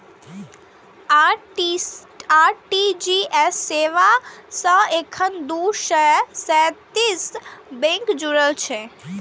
RTGS सेवा सं एखन दू सय सैंतीस बैंक जुड़ल छै